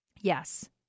Yes